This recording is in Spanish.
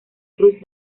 cruz